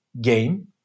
game